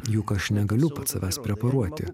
juk aš negaliu pats savęs preparuoti